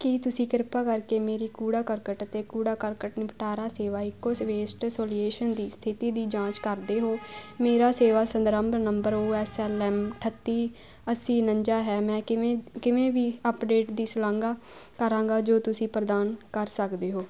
ਕੀ ਤੁਸੀਂ ਕਿਰਪਾ ਕਰਕੇ ਮੇਰੀ ਕੂੜਾ ਕਰਕਟ ਅਤੇ ਕੂੜਾ ਕਰਕਟ ਨਿਪਟਾਰਾ ਸੇਵਾ ਈਕੋ ਸਵੇਸਟ ਸੋਲਿਊਸ਼ਨ ਦੀ ਸਥਿਤੀ ਦੀ ਜਾਂਚ ਕਰਦੇ ਹੋ ਮੇਰਾ ਸੇਵਾ ਸੰਦਰਭ number O S L M ਅਠੱਤੀ ਅੱਸੀ ਉਣੰਜਾ ਹੈ ਮੈਂ ਕਿਵੇਂ ਕਿਵੇਂ ਵੀ ਅਪਡੇਟ ਦੀ ਸ਼ਲਾਘਾ ਕਰਾਂਗਾ ਜੋ ਤੁਸੀਂ ਪ੍ਰਦਾਨ ਕਰ ਸਕਦੇ ਹੋ